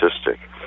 statistic